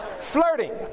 Flirting